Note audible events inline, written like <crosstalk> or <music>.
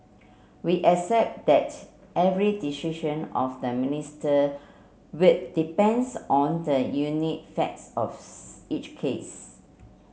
we accept that every decision of the Minister would depends on the unique facts of <unintelligible> each case